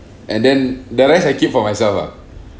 and then the rest I keep for myself lah